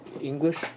English